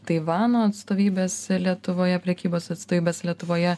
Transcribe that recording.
taivano atstovybės lietuvoje prekybos atstovybės lietuvoje